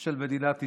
של מדינת ישראל,